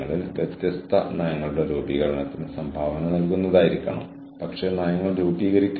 ഭാവിയിലെ ബിസിനസ്സ് വിജയിക്കാൻ പ്രാപ്തമാക്കുന്ന പ്രൊഫഷണൽ കഴിവുകൾ ആഴത്തിലാക്കുന്നതിലാണ് വികസനം ശ്രദ്ധ കേന്ദ്രീകരിക്കുന്നത്